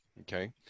okay